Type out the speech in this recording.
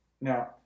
Now